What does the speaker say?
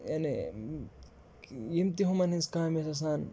یعنی یِم تہِ ہُمَن ہِنٛز کامہِ ٲسۍ آسان